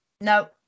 No